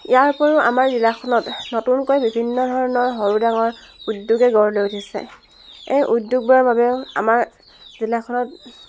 ইয়াৰোপৰিও আমাৰ জিলাখনত নতুনকৈ বিভিন্ন ধৰণৰ সৰু ডাঙৰ উদ্যোগে গঢ় লৈ উঠিছে এই উদ্যোগবোৰৰ বাবেও আমাৰ জিলাখনত